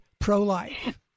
pro-life